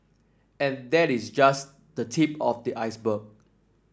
and that is just the tip of the iceberg